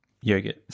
yogurt